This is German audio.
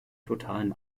totalen